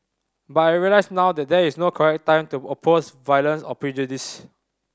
but I realise now that there is no correct time to oppose violence or prejudice